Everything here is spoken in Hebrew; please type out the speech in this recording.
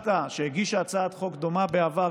שהגישה הצעת חוק דומה בעבר,